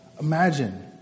Imagine